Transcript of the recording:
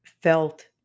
felt